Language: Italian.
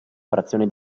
frazione